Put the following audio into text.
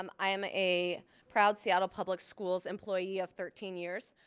um i am a proud seattle public schools employee of thirteen years.